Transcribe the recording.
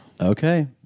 Okay